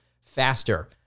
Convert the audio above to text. faster